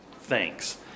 thanks